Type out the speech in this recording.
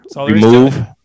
Remove